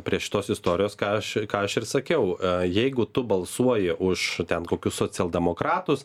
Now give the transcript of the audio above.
prie šitos istorijos ką aš ką aš ir sakiau jeigu tu balsuoji už ten kokius socialdemokratus